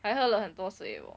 还喝了很多水 oh